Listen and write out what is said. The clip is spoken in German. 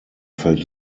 fällt